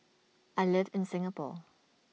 I live in Singapore